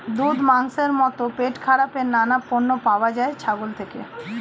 দুধ, মাংসের মতো পেটখারাপের নানান পণ্য পাওয়া যায় ছাগল থেকে